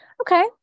Okay